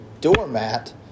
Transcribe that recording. doormat